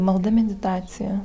malda meditacija